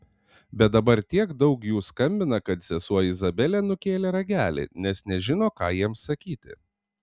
bet dabar tiek daug jų skambina kad sesuo izabelė nukėlė ragelį nes nežino ką jiems sakyti